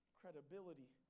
credibility